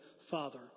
Father